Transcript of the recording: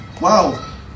wow